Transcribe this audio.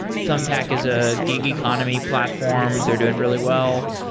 thumbtack is a gig economy platform. they're doing really well.